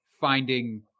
finding